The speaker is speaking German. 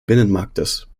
binnenmarktes